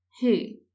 Hey